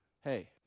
Hey